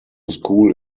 school